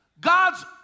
God's